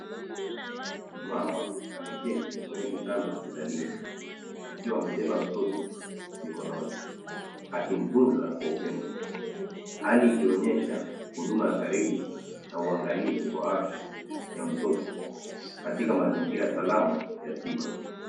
Mama ameketi katika kitanda hospitalini, akiwa amebeba mtoto mkononi akimtunza kwa upendo. Hali ikionyesha huduma ya ukaribu na uangalizi wa afya ya mtoto mdogo katika mazingira salama ya tiba.